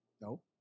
No